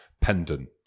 pendant